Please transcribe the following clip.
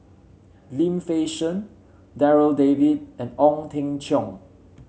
Lim Fei Shen Darryl David and Ong Teng Cheong